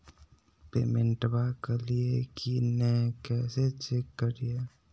पेमेंटबा कलिए की नय, कैसे चेक करिए?